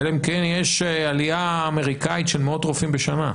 אלא אם כן יש עלייה אמריקאית של מאות רופאים בשנה.